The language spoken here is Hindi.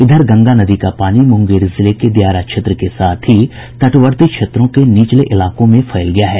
इधर गंगा नदी का पानी मुंगेर जिले के दियारा क्षेत्र के साथ ही तटवर्ती क्षेत्रों के निचले इलाकों में फैल गया है